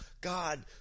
God